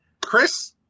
Chris